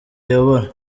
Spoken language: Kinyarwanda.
ayobora